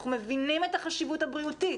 אנחנו מבינים את החשיבות הבריאותית,